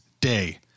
day